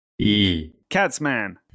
Catsman